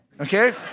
Okay